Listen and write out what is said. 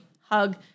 hug